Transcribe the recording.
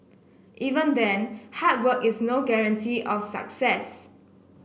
even then hard work is no guarantee of success